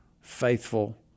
faithful